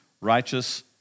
righteous